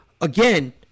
again